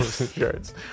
Insurance